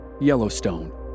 Yellowstone